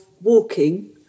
walking